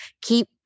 keep